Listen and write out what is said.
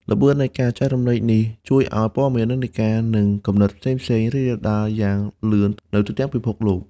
ល្បឿននៃការចែករំលែកនេះជួយឲ្យ ព័ត៌មាន និន្នាការ និង គំនិត ផ្សេងៗ រីករាលដាលយ៉ាងលឿននៅទូទាំងពិភពលោក។